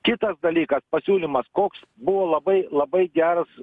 kitas dalykas pasiūlymas koks buvo labai labai geras